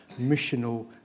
missional